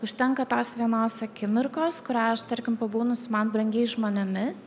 užtenka tos vienos akimirkos kurią aš tarkim pabūnu su man brangiais žmonėmis